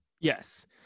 Yes